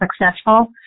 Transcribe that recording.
successful